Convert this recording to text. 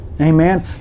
Amen